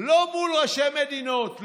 לא מול ראשי המדינות,